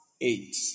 eight